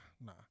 nah